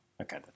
Okay